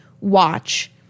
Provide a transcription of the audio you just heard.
watch